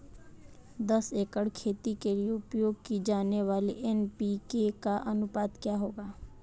दस एकड़ खेती के लिए उपयोग की जाने वाली एन.पी.के का अनुपात क्या होगा?